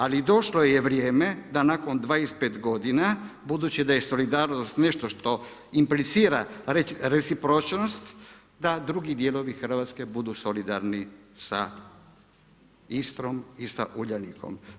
Ali došlo je vrijeme da nakon 25 godina budući da je solidarnost nešto što implicira recipročnost da drugi dijelovi Hrvatske budu solidarni sa Istrom i sa Uljanikom.